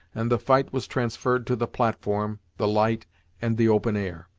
and the fight was transferred to the platform, the light and the open air.